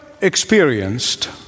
experienced